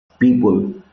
people